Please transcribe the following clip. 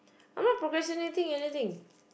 I'm not procrastinating anything